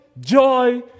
joy